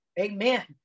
Amen